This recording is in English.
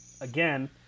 again